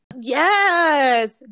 Yes